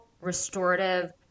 restorative